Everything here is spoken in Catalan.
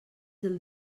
del